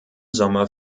sommer